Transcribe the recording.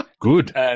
Good